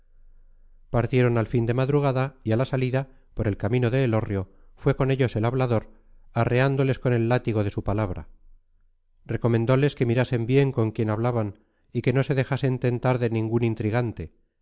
partieron al fin de madrugada y a la salida por el camino de elorrio fue con ellos el hablador arreándoles con el látigo de su palabra recomendoles que mirasen bien con quién hablaban y que no se dejasen tentar de ningún intrigante